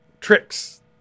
tricks